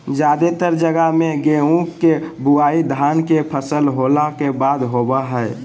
जादेतर जगह मे गेहूं के बुआई धान के फसल होला के बाद होवो हय